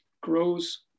grows